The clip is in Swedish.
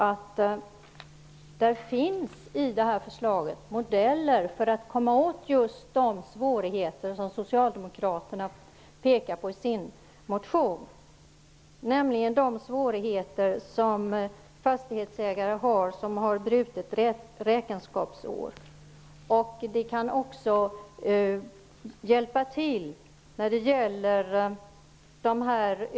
Det finns i förslaget modeller för att komma åt just de svårigheter som Socialdemokraterna pekar på i sin motion, nämligen de svårigheter som de fastighetsägare har som har brutet räkenskapsår.